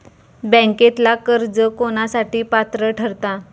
बँकेतला कर्ज कोणासाठी पात्र ठरता?